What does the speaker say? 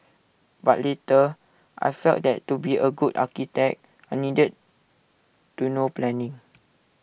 but later I felt that to be A good architect I needed to know planning